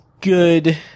good